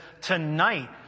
tonight